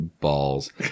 Balls